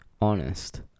honest